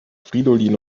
fridolin